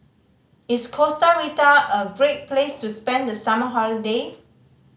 is Costa Rica a great place to spend the summer holiday